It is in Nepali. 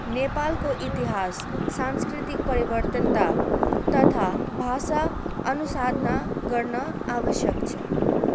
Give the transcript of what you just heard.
नेपालको इतिहास सांस्कृतिक परिवर्तनता तथा भाषा अनुसाधना गर्न आवश्यक छ